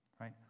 right